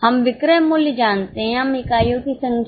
हम विक्रय मूल्य जानते हैं हम इकाइयों की संख्या जानते हैं